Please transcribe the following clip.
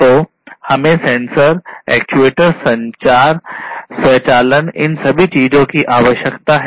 तो हमें sensor actuator संचार स्वचालन इन सभी चीजों की आवश्यकता है